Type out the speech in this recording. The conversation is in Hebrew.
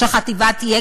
שהחטיבה תהיה,